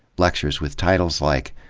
lectures with titles like,